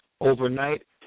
overnight